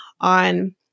on